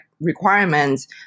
requirements